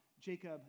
Jacob